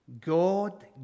God